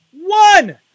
one